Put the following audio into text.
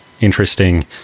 interesting